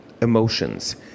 emotions